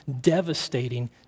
devastating